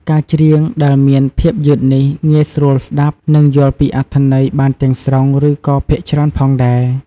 ការច្រៀងដែលមានភាពយឺតនេះ ងាយស្រួលស្តាប់ នឹងយល់ពីអត្ថន័យបានទាំងស្រុង ឬក៏ភាគច្រើនផងដែរ។